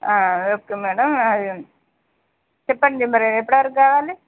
okay madam చెప్పండి మరి ఎప్పటి వరకు కావాలి